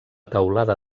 teulada